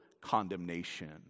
condemnation